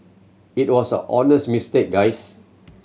it was honest mistake guys